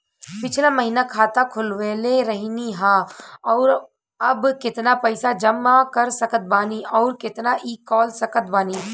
पिछला महीना खाता खोलवैले रहनी ह और अब केतना पैसा जमा कर सकत बानी आउर केतना इ कॉलसकत बानी?